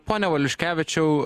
pone valiuškevičiau